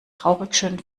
traurigschönen